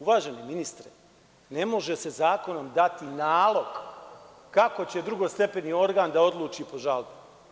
Uvaženi ministre, ne može se zakonom dati nalog kako će drugostepeni organ da odluči po žalbi.